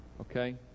okay